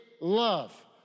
love